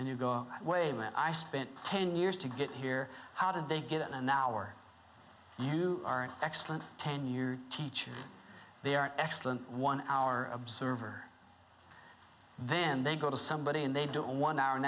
and you go way in that i spent ten years to get here how did they get in an hour you are an excellent ten year teacher they are excellent one hour observer then they go to somebody and they do one hour and